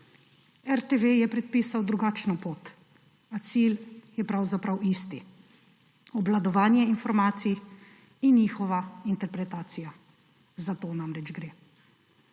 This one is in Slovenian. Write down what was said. RTV je predpisal drugačno pot, a cilj je pravzaprav isti – obvladovanje informacij in njihova interpretacija Za to namreč gre.